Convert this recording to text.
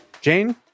Jane